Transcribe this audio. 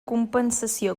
compensació